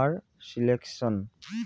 আর selection